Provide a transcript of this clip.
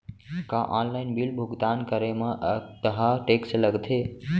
का online bill भुगतान करे मा अक्तहा टेक्स लगथे?